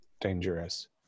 dangerous